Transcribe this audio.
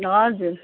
हजुर